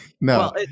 No